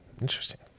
Interesting